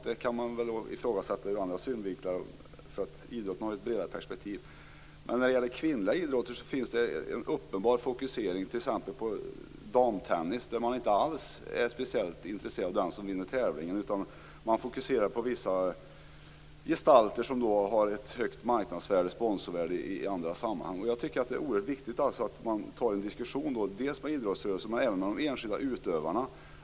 Det kan man ifrågasätta ur andra synvinklar, då ju idrotten har ett bredare perspektiv. Men när det gäller kvinnliga idrotter, t.ex. damtennis, är det uppenbart att man inte alls är speciellt intresserad av den som vinner tävlingen. I stället fokuserar man på vissa gestalter som har ett högt marknads och sponsorvärde i andra sammanhang. Jag tycker att det är oerhört viktigt att man tar en diskussion om detta dels med idrottsrörelsen, dels med de enskilda utövarna.